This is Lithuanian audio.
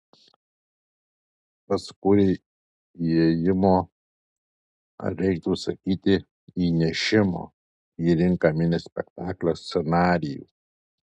pats kūrei įėjimo ar reiktų sakyti įnešimo į ringą mini spektaklio scenarijų